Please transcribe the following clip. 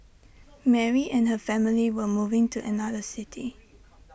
Mary and her family were moving to another city